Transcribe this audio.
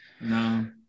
No